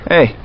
Hey